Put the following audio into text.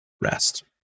rest